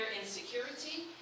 insecurity